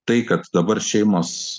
tai kad dabar šeimos